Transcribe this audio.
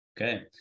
Okay